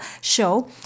show